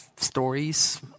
stories